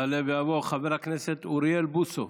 יעלה ויבוא חבר הכנסת אוריאל בוסו.